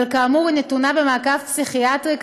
אבל כאמור היא נתונה במעקב פסיכיאטרי,